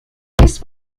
this